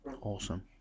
Awesome